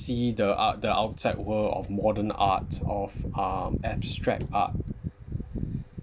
see the art the outside world of modern art of um abstract art